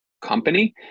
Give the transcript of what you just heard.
company